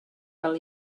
well